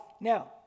Now